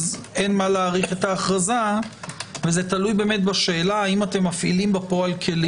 אין מה להאריך את ההכרזה וזה תלוי בשאלה אם אתם מפעילים בפועל כלים.